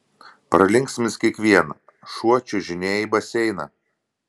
pralinksmins kiekvieną šuo čiuožinėja į baseiną